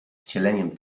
wcieleniem